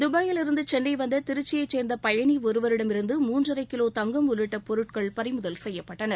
துபாயிலிருந்துசென்னைவந்ததிருச்சியைசேர்ந்தபயணிஒருவரிடமிருந்து மூன்றரைகிலோ தங்கம் உள்ளிட்டபொருட்கள் பறிமுதல் செய்யப்பட்டன